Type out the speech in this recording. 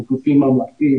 אנחנו גופים ממלכתיים,